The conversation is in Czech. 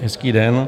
Hezký den.